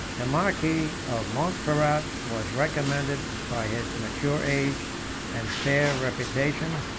the marquis of montferrat was recommended by his mature age and fair reputation,